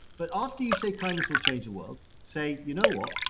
but after you say kindness will change the world, say, you know what?